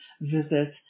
visit